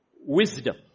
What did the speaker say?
wisdom